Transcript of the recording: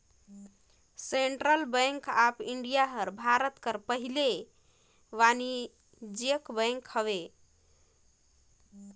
central bank of India हर भारत कर पहिल वानिज्यिक बेंक हवे